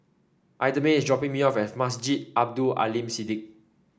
Idamae is dropping me off at Masjid Abdul Aleem Siddique